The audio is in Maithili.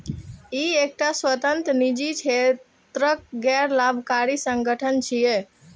ई एकटा स्वतंत्र, निजी क्षेत्रक गैर लाभकारी संगठन छियै